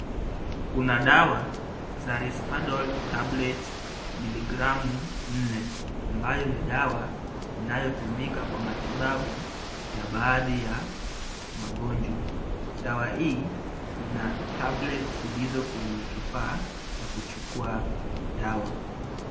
Kuna dawa za Risperdal tablet miligramu nne, ambayo ni dawa inayotumika kwa matibabu ya baadhi ya magonjwa. Dawa hii ina tablets zilizo kwenye kifaa cha kuchukua dawa.